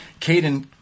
Caden